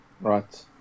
Right